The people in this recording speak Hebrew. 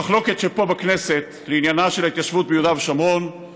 למחלוקת שפה בכנסת בעניינה של ההתיישבות ביהודה ושומרון,